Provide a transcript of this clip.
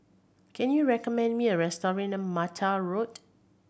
can you recommend me a restaurant near Mattar Road